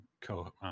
co